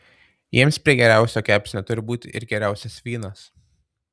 jiems prie geriausio kepsnio turi būti ir geriausias vynas